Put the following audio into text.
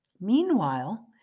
Meanwhile